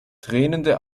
tränende